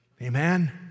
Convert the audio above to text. Amen